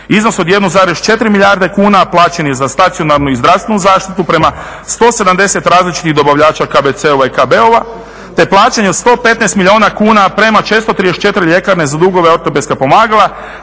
Iznos od 1,4 milijarde kuna plaćen je za stacionarnu i zdravstvenu zaštitu prema 170 različitih dobavljača KBC-ova i KB-ova te plaćanje 115 milijuna kuna prema 434 ljekarne za dugove ortopedskih pomagala